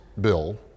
bill